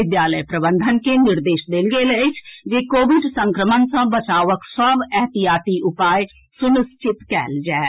विद्यालय प्रबंधन के निर्देश देल गेल अछि जे कोविड संक्रमण सँ बचावक सभ ऐहतियाती उपाय सुनिश्चित कएल जाए